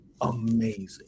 amazing